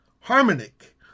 Harmonic